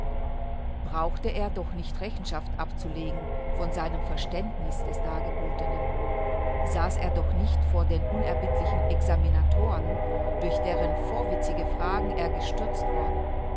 brauchte er doch nicht rechenschaft abzulegen von seinem verständniß des dargebotenen saß er doch nicht vor den unerbittlichen examinatoren durch deren vorwitzige fragen er gestürzt worden